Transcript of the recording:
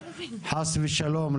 חס ושלום,